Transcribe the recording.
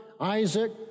Isaac